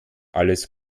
alles